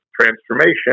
transformation